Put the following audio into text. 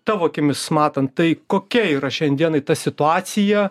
tavo akimis matant tai kokia yra šiandienai ta situacija